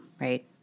Right